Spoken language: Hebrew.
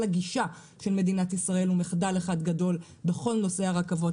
כל הגישה של מדינת ישראל היא מחדל אחד גדול בכל נושא הרכבות.